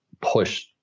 push